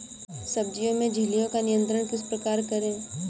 सब्जियों में इल्लियो का नियंत्रण किस प्रकार करें?